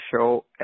show